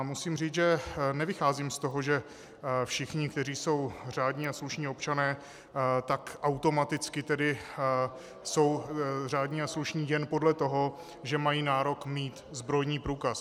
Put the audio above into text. Musím říct, že nevycházím z toho, že všichni, kteří jsou řádní a slušní občané, tak automaticky jsou řádní a slušní jen podle toho, že mají nárok mít zbrojní průkaz.